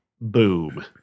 Boom